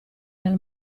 dal